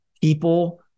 people